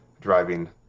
driving